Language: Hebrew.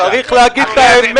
צריך להגיד את האמת,